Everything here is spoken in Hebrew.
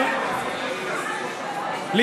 מה הפתרון שאתה מציע?